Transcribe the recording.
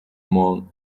among